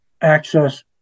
access